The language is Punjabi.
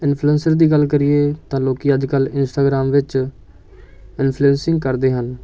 ਇਨਫਲੇਂਸਰ ਦੀ ਗੱਲ ਕਰੀਏ ਤਾਂ ਲੋਕ ਅੱਜ ਕੱਲ੍ਹ ਇੰਸਟਾਗ੍ਰਾਮ ਵਿੱਚ ਇਨਫਲੇਂਸਿੰਗ ਕਰਦੇ ਹਨ